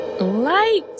Light